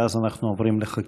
ואז אנחנו עוברים לחקיקה.